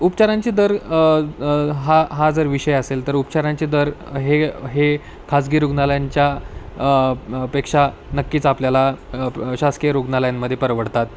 उपचारांचे दर हा हा जर विषय असेल तर उपचारांचे दर हे हे खाजगी रुग्णालयांच्या पेक्षा नक्कीच आपल्याला प् शासकीय रुग्णालयांमध्ये परवडतात